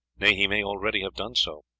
nay, he may already have done so.